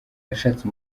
yashatse